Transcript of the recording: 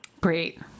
Great